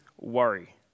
worry